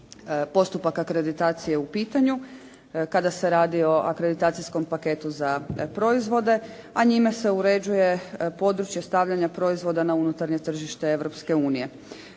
postupak akreditacije u pitanju, kada se radi o akreditacijskom paketu za proizvode, a njime se uređuje područje stavljanja proizvoda na unutarnje tržište